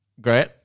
Great